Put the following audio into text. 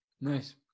Nice